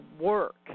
work